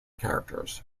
characters